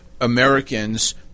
Americans